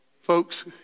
folks